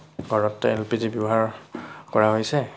ঘৰত L P G ৰ ব্যৱহাৰ কৰা হৈছে